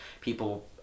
people